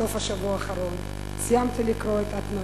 סוף השבוע האחרון, סיימתי לקרוא את "אלטנוילנד",